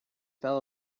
fell